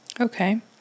Okay